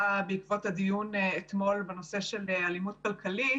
בעקבות הדיון שהתקיים אתמול בנושא של אלימות כלכלית,